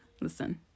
listen